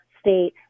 state